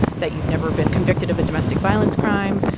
that you've never been convicted of a domestic violence crime,